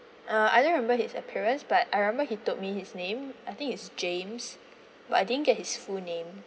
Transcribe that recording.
uh I don't remember his appearance but I remember he told me his name I think it's james but I didn't get his full name